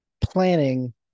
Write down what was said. planning